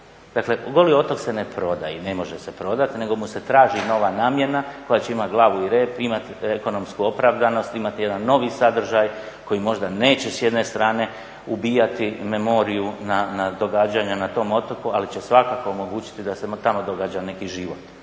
Dakle, Goli otok se ne prodaje i ne može se prodati nego mu se traži nova namjena koja će imati glavu i rep, imati ekonomsku opravdanost, imati jedan novi sadržaj koji možda neće s jedne strane ubijati memoriju događanja na tom otoku, ali će svakako omogućiti da se tamo događa neki život,